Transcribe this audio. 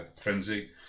frenzy